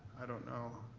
i don't know.